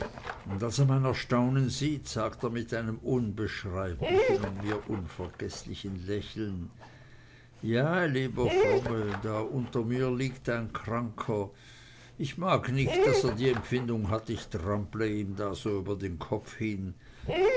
als er mein erstaunen sieht sagt er mit einem unbeschreiblichen und mir unvergeßlichen lächeln ja lieber frommel da unter mir liegt ein kranker ich mag nicht daß er die empfindung hat ich trample ihm da so über den kopf hin